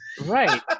Right